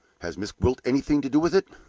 has miss gwilt anything to do with it?